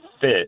fit